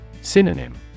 Synonym